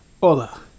Hola